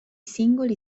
singoli